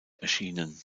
erschienen